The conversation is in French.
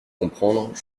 comprendre